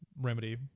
remedy